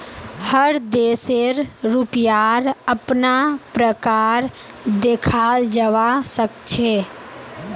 हर देशेर रुपयार अपना प्रकार देखाल जवा सक छे